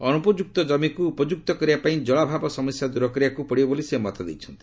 ଅନୁପଯୁକ୍ତ ଜମିକୁ ଉପଯୁକ୍ତ କରିବା ପାଇଁ ଜଳାଭାବ ସମସ୍ୟା ଦୂର କରିବାକୁ ପଡ଼ିବ ବୋଲି ସେ ମତ ଦେଇଛନ୍ତି